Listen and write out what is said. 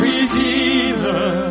Redeemer